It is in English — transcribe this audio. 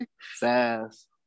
fast